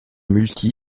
multi